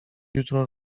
jutro